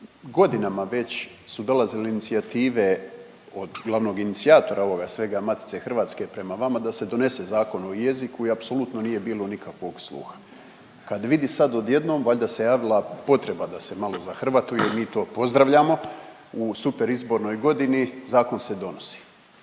godinama već su dolazile inicijative od glavnog inicijatora ovoga svega, Matice hrvatske prema vama da se donese zakon o jeziku i apsolutno nije bilo nikakvog sluha. Kad vidi sad odjednom, valjda se javila potreba da se malo zahrvatuje, mi to pozdravljamo u superizbornoj godini, zakon se donosi.